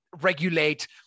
regulate